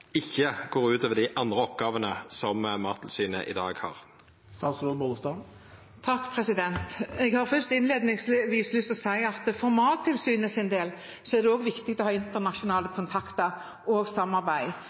går ut over dei andre oppgåvene Mattilsynet har i dag. Jeg har først lyst til å si at for Mattilsynets del er det også viktig å ha internasjonale kontakter og samarbeid,